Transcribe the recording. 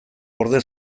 gorde